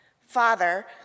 Father